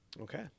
Okay